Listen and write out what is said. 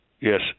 Yes